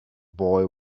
boy